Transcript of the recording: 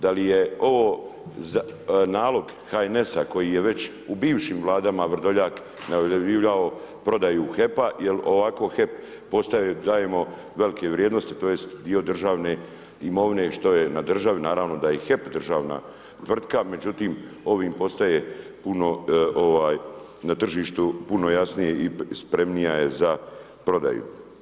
DA li je ovo nalog HNS-a koji je već u bivšim vladama Vrdoljak najavljivao prodaju HEP-a jer ovako HEP-u dajemo velike vrijednosti tj. dio državne imovine što je na državi, naravno da je i HEP državna tvrtka, međutim ovim postaje na tržištu puno jasnije i spremnija je za prodaju?